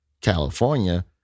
California